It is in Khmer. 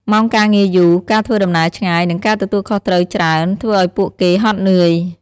ម៉ោងការងារយូរ ការធ្វើដំណើរឆ្ងាយ និងការទទួលខុសត្រូវច្រើន ធ្វើឱ្យពួកគេហត់នឿយ ។